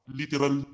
literal